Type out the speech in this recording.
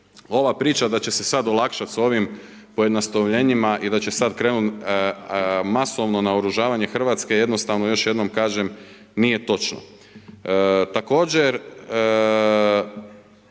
ova priča da će se sad olakšat sa ovim pojednostavljenjima i da se sad krenuti masovno naoružavanje Hrvatske, jednostavno još jednom kažem, nije točno. Također,